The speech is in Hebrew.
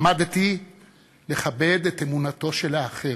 למדתי לכבד את אמונתו של האחר,